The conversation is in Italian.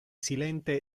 silente